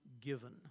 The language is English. given